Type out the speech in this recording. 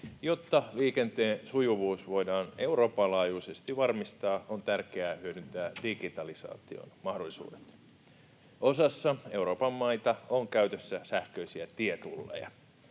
Jotta liikenteen sujuvuus voidaan Euroopan laajuisesti varmistaa, on tärkeää hyödyntää digitalisaation mahdollisuudet. Osassa Euroopan maita on käytössä sähköisiä tietulleja.